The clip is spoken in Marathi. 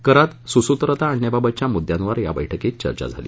करात सुसूत्रता आणण्याबाबतच्या मुद्यांवर या बैठकीत चर्चा झाली